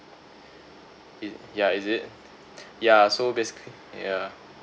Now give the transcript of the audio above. it ya is it ya so basically yeah